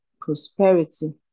prosperity